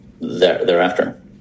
thereafter